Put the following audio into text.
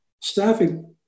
staffing